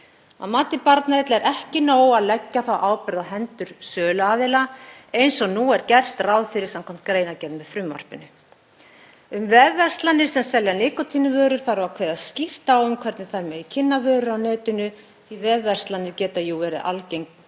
Að mati Barnaheilla er ekki nóg að leggja þá ábyrgð í hendur söluaðila eins og nú er gert ráð fyrir skv. greinargerð með frumvarpinu. Um vefverslanir sem selja nikótínvörur þarf að kveða skýrt á um hvernig þær megi kynna vörur á netinu því vefverslanir geta jú verið aðgengilegar